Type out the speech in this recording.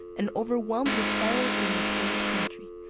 and overwhelmed with sorrow in a strange country,